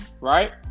right